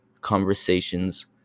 conversations